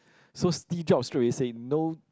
so Steve Jobs straight away say no